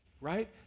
right